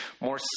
more